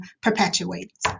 perpetuates